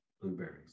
blueberries